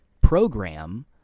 program